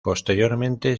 posteriormente